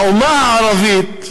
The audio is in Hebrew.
האומה הערבית,